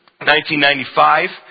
1995